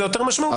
זה יותר משמעותי.